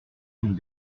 une